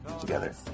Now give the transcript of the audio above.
together